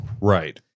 Right